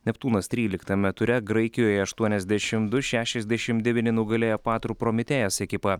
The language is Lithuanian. neptūnas tryliktame ture graikijoje aštuoniasdešimt du šešiasdešimt devyni nugalėjo patrų promitheas ekipą